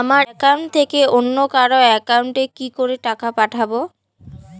আমার একাউন্ট থেকে অন্য কারো একাউন্ট এ কি করে টাকা পাঠাবো?